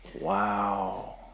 Wow